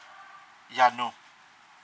ya no